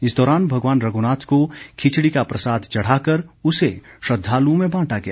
इस दौरान भगवान रघुनाथ को खिचड़ी का प्रसाद चढ़ाकर उसे श्रद्वालुओं में बांटा गया